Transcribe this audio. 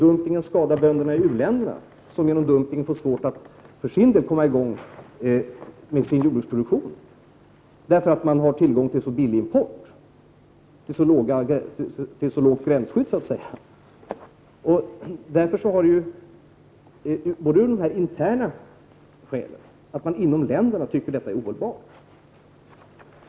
Dumpningen skadar också bönderna i u-länderna som genom dumpning får det svårt att för sin del få i gång jordbruksproduktion, eftersom det finns tillgång till billiga importerade livsmedel därför att gränsskyddet är så lågt. Nu tycker man alltså i de olika länderna att systemet är ohållbart.